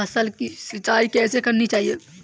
फसल की सिंचाई कैसे करनी चाहिए?